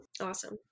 Awesome